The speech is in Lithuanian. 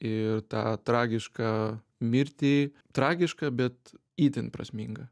ir tą tragišką mirtį tragišką bet itin prasmingą